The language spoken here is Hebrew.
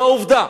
זו עובדה.